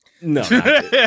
No